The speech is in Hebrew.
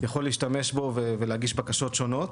יכול להשתמש בו ולהגיש בקשות שונות.